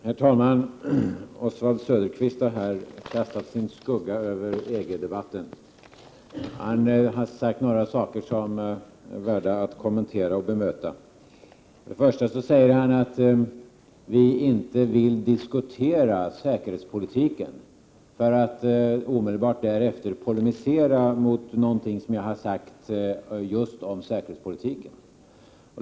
Herr talman! Oswald Söderqvist har här kastat sin skugga över EG debatten och sagt några saker som är värda att kommentera och bemöta. För det första säger han att vi inte vill diskutera säkerhetspolitiken, för att omedelbart därefter polemisera mot något som jag har sagt just om säkerhetspolitiken.